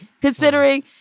considering